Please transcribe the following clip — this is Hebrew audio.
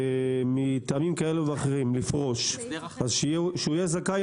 מטעמים כאלה ואחרים לפרוש אז שהוא יהיה זכאי